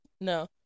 No